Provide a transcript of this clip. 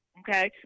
okay